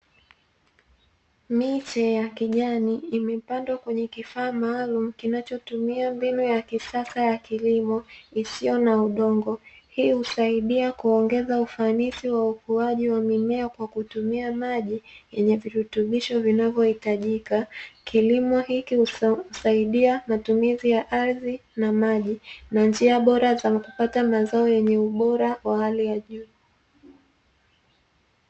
Miche ya kijani iliyopandwa kwenye kifaa maalum, kinachotumia mbinu ya kisasa ya kilimo isiyo na udongo, hii husaidia kuongeza ufanisi wa ukuaji wa mimea kwa kutumia maji yenye virutubisho vinavyohitajika. Kilimo hiki husaidia matumizi ya ardhi na maji na njia bora za kupata mazao yenye ubora wa hali ya juu.